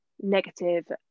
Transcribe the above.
negative